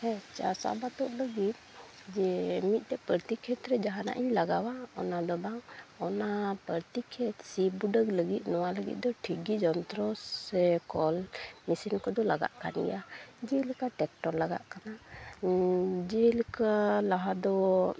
ᱦᱮᱸ ᱪᱟᱥ ᱟᱵᱟᱫᱽ ᱫᱚ ᱤᱱᱟᱹᱜᱮ ᱢᱤᱫᱴᱮᱡ ᱯᱟᱹᱛᱤ ᱠᱷᱮᱛᱨᱮ ᱡᱟᱦᱟᱱᱟᱜᱼᱤᱧ ᱞᱟᱜᱟᱣᱟ ᱚᱱᱟᱫᱚ ᱵᱟᱝ ᱚᱱᱟ ᱯᱟᱹᱛᱤ ᱠᱷᱮᱛ ᱥᱤ ᱜᱩᱸᱰᱟᱹᱜ ᱞᱟᱹᱜᱤᱫ ᱱᱚᱣᱟ ᱞᱟᱹᱜᱤᱫ ᱫᱚ ᱴᱷᱤᱠᱜᱤ ᱡᱚᱱᱛᱨᱚ ᱥᱮ ᱠᱚᱞ ᱢᱮᱥᱤᱱ ᱠᱚᱫᱚ ᱞᱟᱜᱟᱜ ᱠᱟᱱ ᱜᱮᱭᱟ ᱡᱮᱞᱮᱠᱟ ᱴᱨᱟᱠᱴᱚᱨ ᱞᱟᱜᱟᱜ ᱠᱟᱱᱟ ᱡᱮᱞᱮᱠᱟ ᱞᱟᱦᱟᱫᱚ